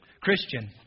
Christian